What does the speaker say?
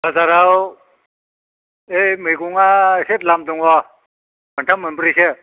बाजाराव ओइ मैगंआ एसे द्लाम दं मोनथाम मोनब्रैसो